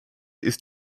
ist